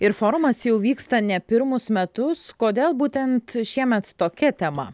ir forumas jau vyksta ne pirmus metus kodėl būtent šiemet tokia tema